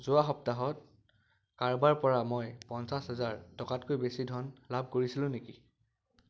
যোৱা সপ্তাহত কাৰোবাৰ পৰা মই পঞ্চাছ হাজাৰ টকাতকৈ বেছি ধন লাভ কৰিছিলোঁ নেকি